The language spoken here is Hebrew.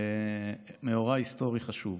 מאורע היסטורי חשוב.